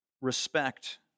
respect